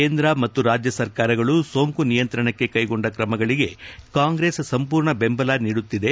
ಕೇಂದ್ರ ಮತ್ತು ರಾಜ್ಯ ಸರ್ಕಾರಗಳು ಸೋಂಕು ನಿಯಂತ್ರಣಕ್ಕೆ ಕ್ಲೆಗೊಂಡ ಕ್ರಮಗಳಿಗೆ ಕಾಂಗ್ರೆಸ್ ಸಂಪೂರ್ಣ ಬೆಂಬಲ ನೀಡುತ್ತಿದೆ